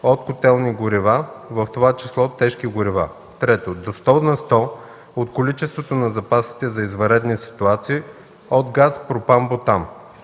от котелни горива, в това число тежки горива; 3. до 100 на сто от количеството на запасите за извънредни ситуации от газ пропан-бутан.